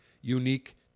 unique